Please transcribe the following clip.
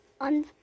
On